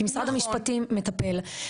כי משרד המשפטים מטפל,